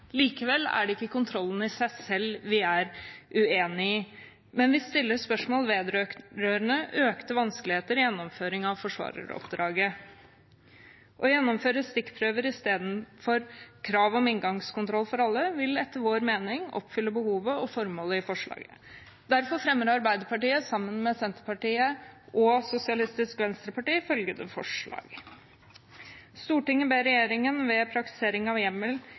Likevel er det ikke kontrollen i seg selv vi er uenig i, men vi stiller spørsmål vedrørende økt vanskelighet i gjennomføring av forsvareroppdraget. Å gjennomføre stikkprøver i stedet for krav om inngangskontroll for alle vil etter vår mening oppfylle behovet og formålet i forslaget. Derfor fremmer Arbeiderpartiet, sammen med Senterpartiet og Sosialistisk Venstreparti, følgende forslag: «Stortinget ber regjeringen, ved praktisering av hjemmel